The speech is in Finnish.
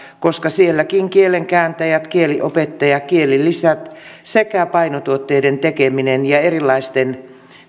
koska sielläkin kielenkääntäjät kieliopettaja kielilisät sekä painotuotteiden tekeminen ja erilaisten